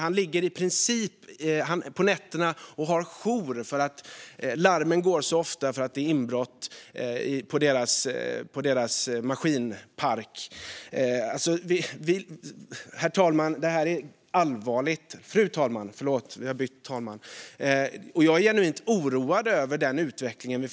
Företagaren har i princip jour under nätterna eftersom larmen går så ofta när det är inbrott i maskinparken. Fru talman! Det här allvarligt, och jag är genuint oroad över utvecklingen.